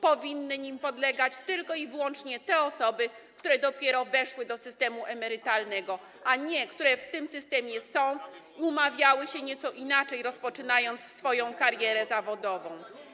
powinny im podlegać tylko i wyłącznie te osoby, które dopiero weszły do systemu emerytalnego, a nie te, które w tym systemie są, umawiały się nieco inaczej, rozpoczynając swoją karierę zawodową.